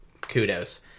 Kudos